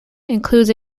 includes